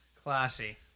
Classy